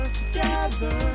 together